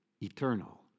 eternal